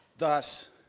thus,